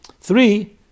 Three